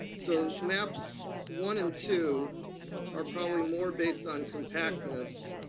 so maps one and two are probably more based on compactness,